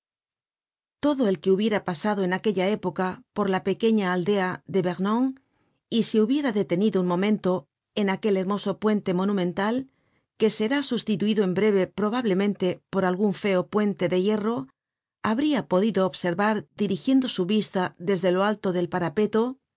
todo el que hubiera pasado en aquella época por la pequeña aldea de vernon y se hubiera detenido un momento en aquel hermoso puente monumental que será sustituido en breve probablemente por algun feo puente de hierro habria podido observar dirigiendo su vista desde lo alto del parapeto